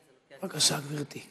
בבקשה, גברתי.